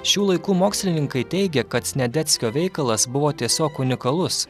šių laikų mokslininkai teigia kad sniadeckio veikalas buvo tiesiog unikalus